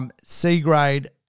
C-grade